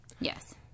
Yes